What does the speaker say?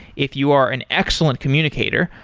if you are an excellent communicator,